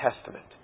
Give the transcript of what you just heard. Testament